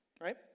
right